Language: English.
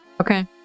Okay